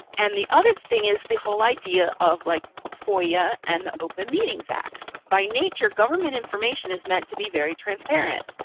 and the other thing is the whole idea of like, foia and the open meetings act. by nature, government information is meant to be very transparent.